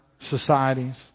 societies